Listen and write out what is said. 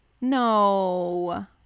No